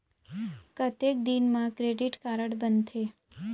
कतेक दिन मा क्रेडिट कारड बनते?